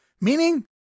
meaning